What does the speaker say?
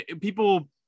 People